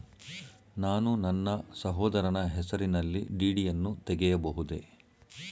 ನಾನು ನನ್ನ ಸಹೋದರನ ಹೆಸರಿನಲ್ಲಿ ಡಿ.ಡಿ ಯನ್ನು ತೆಗೆಯಬಹುದೇ?